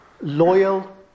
loyal